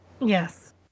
Yes